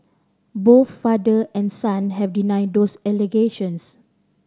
both father and son have denied those allegations